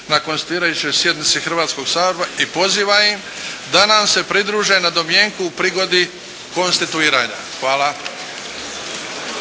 na Konstituirajućoj sjednici Hrvatskoga sabora i pozivam ih da nam se pridruže na domjenku u prigodi konstituiranja. Hvala.